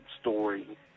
story